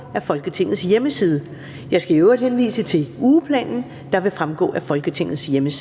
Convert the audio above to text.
af Folketingets hjemmeside. Jeg skal i øvrigt henvise til ugeplanen, der vil fremgå af Folketingets hjemmeside.